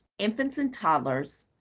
infants and toddlers,